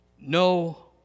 no